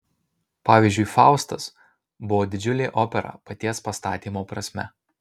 pavyzdžiui faustas buvo didžiulė opera paties pastatymo prasme